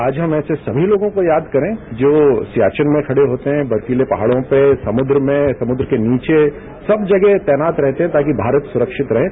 आज हम ऐसे सभी लोगों को याद करें जो सियाचिन में खड़े होते हैं बर्फीले पहाड़ों पर समुद्र में समुद्र के नीचे सब जगह तैनात रहते हैं ताकि भारत सुरक्षित रहें